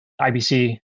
IBC